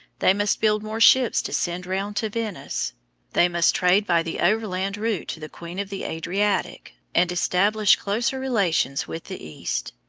they must build more ships to send round to venice they must trade by the overland route to the queen of the adriatic, and establish closer relations with the east.